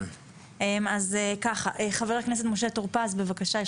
ח"כ משה טור-פז בבקשה.